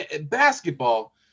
basketball